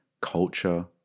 Culture